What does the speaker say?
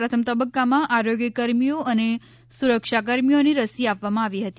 પ્રથમ તબ્બકામાં આરોગ્યકર્મીઓ અને સુરક્ષા કર્મીઓને રસીઆપવામાં આવી હતી